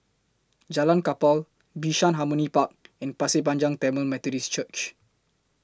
Jalan Kapal Bishan Harmony Park and Pasir Panjang Tamil Methodist Church